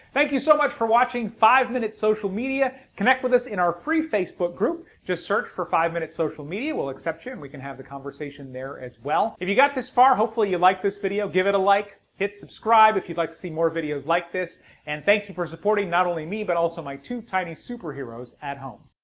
thank you so much for watching five minute social media. connect with us in our free facebook group just search for five minute social media, we'll accept you and we can have the conversation there as well if you got this far hopefully you liked this video, give it a like, hit subscribe if you'd like to see more videos like this and thank you for supporting not only me but also my two tiny superheroes at home